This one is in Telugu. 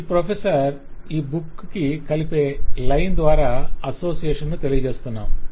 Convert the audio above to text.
ఈ ప్రొఫెసర్ ఈ బుక్ని కలిపే లైన్ ద్వారా అసోసియేషన్ ను తెలియజేస్తున్నాం